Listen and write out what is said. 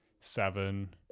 seven